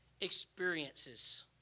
experiences